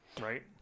right